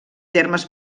termes